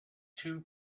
two